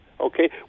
okay